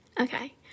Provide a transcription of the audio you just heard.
okay